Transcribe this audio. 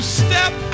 step